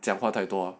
讲话太多